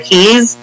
Keys